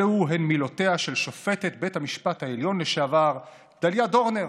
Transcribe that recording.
אלו הן מילותיה של שופטת בית המשפט העליון לשעבר דליה דורנר,